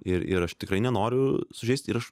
ir ir aš tikrai nenoriu sužeisti aš